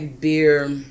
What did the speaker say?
beer